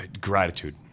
Gratitude